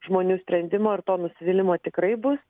žmonių sprendimo ir to nusivylimo tikrai bus